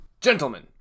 Gentlemen